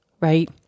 right